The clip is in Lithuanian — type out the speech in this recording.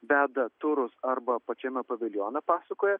veda turus arba pačiame paviljone pasakoja